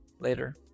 later